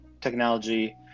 technology